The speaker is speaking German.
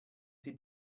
sie